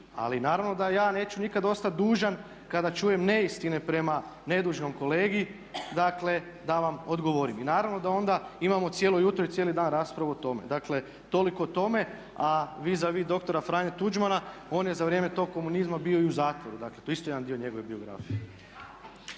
Ali naravno da ja neću nikad ostati dužan kada čujem neistine prema nedužnom kolegi, dakle da vam odgovorim. I naravno da onda imamo cijelo jutro i cijeli dan raspravu o tome. Dakle, toliko o tome. A vis a vis dr. Franje Tuđmana, on je za vrijeme tog komunizma bio i u zatvoru. Dakle, to je isto jedan dio njegove biografije.